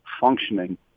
functioning